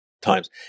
times